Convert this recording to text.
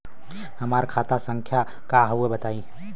हमार खाता संख्या का हव बताई?